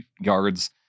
yards